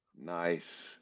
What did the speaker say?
Nice